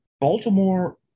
Baltimore